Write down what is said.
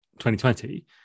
2020